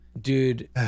dude